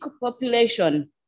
population